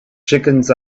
chickens